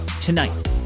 Tonight